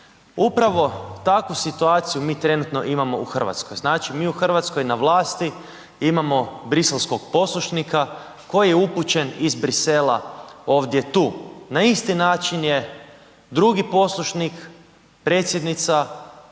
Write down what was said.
Upravo takvu situaciju mi trenutno imamo u Hrvatskoj. Znači, mi u Hrvatskoj na vlasti imamo briselskog poslušnika, koji je upućen iz Bruxellesa ovdje tu. Na isti način je drugi poslušnik, predsjednica iz